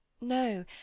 No